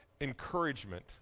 encouragement